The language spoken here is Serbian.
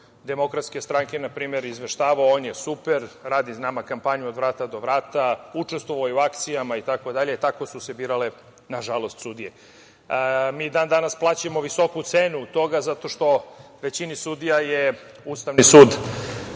Demokratske stranke, na primer, izveštavao - on je super, radi nama kampanju od vrata do vrata, učestvovao je u akcijama itd. Tako su se birale, nažalost, sudije. Mi i dan danas plaćamo visoku cenu toga zato što je većini sudija Ustavni sud